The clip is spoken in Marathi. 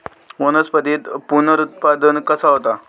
वनस्पतीत पुनरुत्पादन कसा होता?